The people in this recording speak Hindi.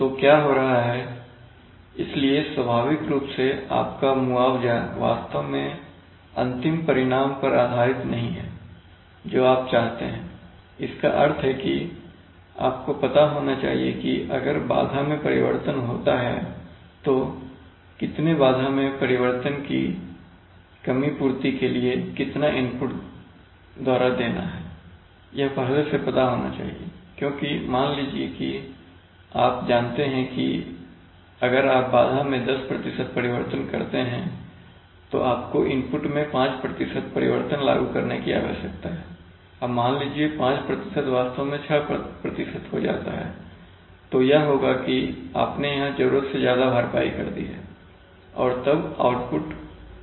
तो क्या हो रहा है इसलिए स्वाभाविक रूप से आपका मुआवजा वास्तव में अंतिम परिणाम पर आधारित नहीं है जो आप चाहते हैं इसका अर्थ है कि आपको पता होना चाहिए कि अगर बाधा में परिवर्तन होता है तो कितने बाधा परिवर्तन की कमी पूर्ति के लिए कितना इनपुट द्वारा देना है यह पहले से पता होना चाहिए क्योंकि मान लीजिए कि आप जानते हैं कि अगर आप बाधा में दस प्रतिशत परिवर्तन करते हैं तो आपको इनपुट में पांच प्रतिशत परिवर्तन लागू करने की आवश्यकता है मान लीजिए कि पांच प्रतिशत वास्तव में छह प्रतिशत हो जाता है तो यह होगा कि आपने यहां जरूरत से ज्यादा भरपाई कर दी है और तब आउटपुट बना नहीं रह पाएगा